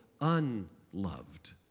unloved